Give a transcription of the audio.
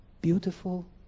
beautiful